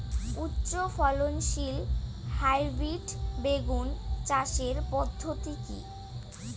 উচ্চ ফলনশীল হাইব্রিড বেগুন চাষের পদ্ধতি কী?